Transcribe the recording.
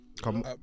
Come